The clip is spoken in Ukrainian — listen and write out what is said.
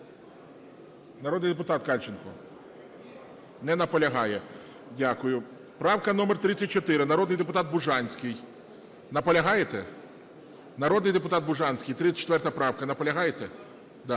Народний депутат Кальченко! Не наполягає. Дякую. Правка номер 34, народний депутат Бужанськиий. Наполягаєте? Народний депутат Бужанський, 34 правка, наполягаєте? Да,